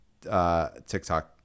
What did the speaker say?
TikTok